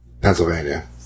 Pennsylvania